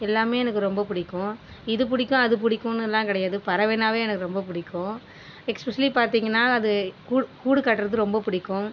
எல்லாமே எனக்கு ரொம்ப பிடிக்கும் இது பிடிக்கும் அது பிடிக்குன்னுல்லாம் கிடையாது பறவைனாவே எனக்கு ரொம்ப பிடிக்கும் எஸ்பெக்ஸஸி பார்த்திங்கன்னா அது கூடு கூடு கட்டுறது ரொம்ப பிடிக்கும்